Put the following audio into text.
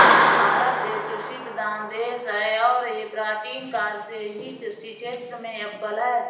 भारत एक कृषि प्रधान देश है और यह प्राचीन काल से ही कृषि क्षेत्र में अव्वल है